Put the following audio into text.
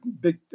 big